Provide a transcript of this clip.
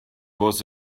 was